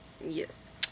Yes